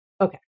okay